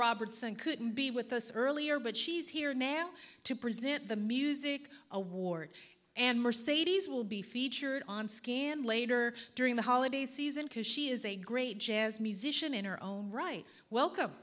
robertson couldn't be with us earlier but she's here now to present the music award and mercedes will be featured on and later during the holiday season because she is a great jazz musician in her own right welcome